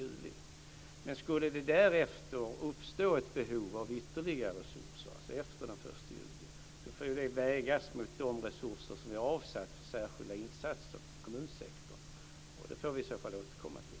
Skulle det därefter, alltså efter den 1 juli, uppstå ett behov av ytterligare resurser får det vägas mot de resurser som är avsatta för särskilda insatser inom kommunsektorn. Det får vi i så fall återkomma till.